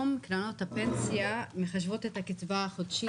אתמול היה תורם של רע"מ.